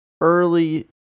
early